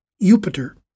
Jupiter